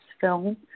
film